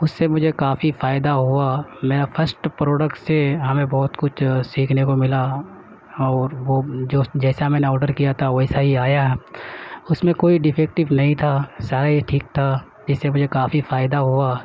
اس سے مجھے کافی فائدہ ہوا میرا فسٹ پروڈکٹ سے ہمیں بہت کچھ سیکھنے کو ملا اور وہ جو جیسا میں نے آڈر کیا تھا ویسا ہی آیا اس میں کوئی ڈیفکٹیو نہیں تھا سارا ہی ٹھیک تھا اس سے مجھے کافی فائدہ ہوا